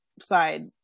side